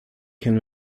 can